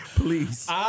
Please